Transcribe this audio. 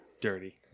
dirty